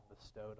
bestowed